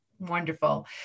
Wonderful